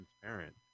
Transparent